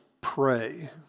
pray